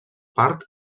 part